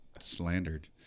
Slandered